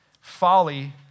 folly